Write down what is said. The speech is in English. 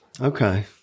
Okay